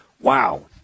Wow